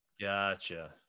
Gotcha